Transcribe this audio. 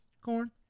Corn